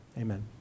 amen